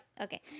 okay